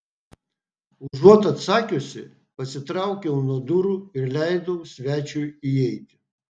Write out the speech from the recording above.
užuot atsakiusi pasitraukiau nuo durų ir leidau svečiui įeiti